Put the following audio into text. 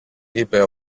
είπε